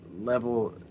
level